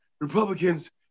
Republicans